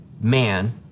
man